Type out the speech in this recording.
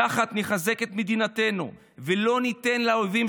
יחד נחזק את מדינתנו ולא ניתן לאויבים